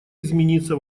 измениться